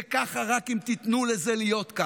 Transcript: זה ככה רק אם תיתנו לזה להיות ככה.